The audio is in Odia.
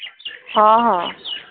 ହଁ ହଁ